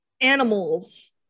Animals